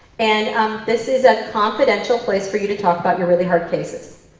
and this is a confidential place for you to talk about your really hard cases.